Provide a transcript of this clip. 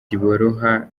tiboroha